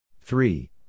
Three